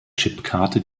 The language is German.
chipkarte